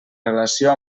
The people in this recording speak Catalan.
relació